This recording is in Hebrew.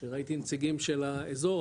שראיתי נציגים של האזור,